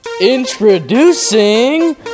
Introducing